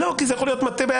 לא, כי זה יכול להיות --- אחר.